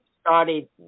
started